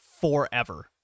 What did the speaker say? forever